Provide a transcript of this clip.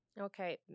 Okay